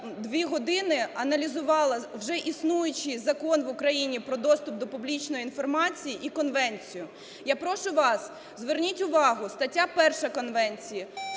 дві години аналізувала вже існуючий Закон в Україні "Про доступ до публічної інформації" і конвенцію. Я прошу вас, зверніть увагу, стаття 1 конвенції,